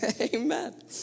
Amen